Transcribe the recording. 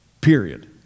period